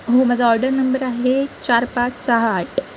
हो माझा order number आहे चार पाच सहा आठ